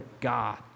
God